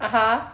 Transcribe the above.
(uh huh)